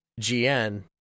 GN